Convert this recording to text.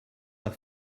leur